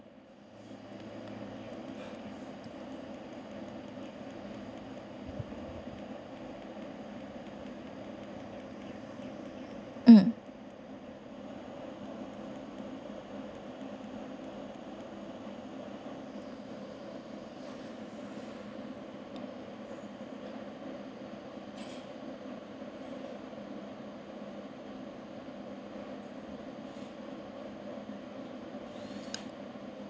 uh